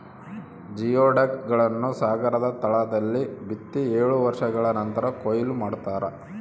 geoduck ಗಳನ್ನು ಸಾಗರದ ತಳದಲ್ಲಿ ಬಿತ್ತಿ ಏಳು ವರ್ಷಗಳ ನಂತರ ಕೂಯ್ಲು ಮಾಡ್ತಾರ